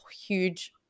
huge